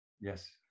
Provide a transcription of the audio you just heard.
Yes